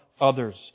others